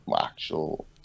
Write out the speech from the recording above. actual